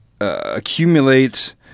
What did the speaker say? accumulate